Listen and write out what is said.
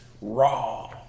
Raw